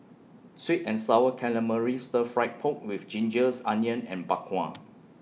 Sweet and Sour Calamari Stir Fry Pork with Gingers Onions and Bak Kwa